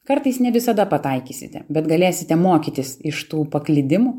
kartais ne visada pataikysite bet galėsite mokytis iš tų paklydimų